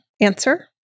answer